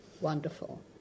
wonderful